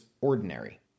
ordinary